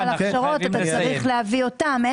אנו חייבים לסיים.